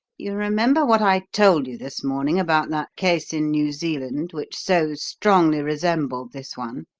you remember what i told you this morning about that case in new zealand which so strongly resembled this one?